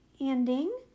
ending